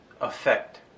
effect